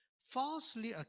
falsely